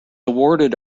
awarded